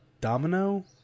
Domino